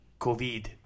COVID